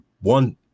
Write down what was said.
one